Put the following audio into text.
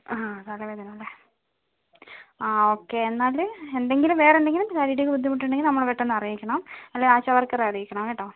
ആഹ് തലവേദന അല്ലേ ആ ഓക്കെ എന്നാൽ എന്തെങ്കിലും വേറെ എന്തെങ്കിലും ശാരീരിക ബുദ്ധിമുട്ട് ഉണ്ടെങ്കിൽ നമ്മളെ പെട്ടെന്ന് അറിയിക്കണം അല്ലെങ്കിൽ ആശാവർക്കറെ അറിയിക്കണം കേട്ടോ